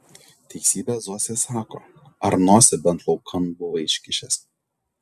teisybę zosė sako ar nosį bent laukan buvai iškišęs